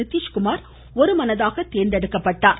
நிதிஷ்குமார் ஒருமனதாக தேர்ந்தெடுக்கப்பட்டார்